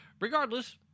Regardless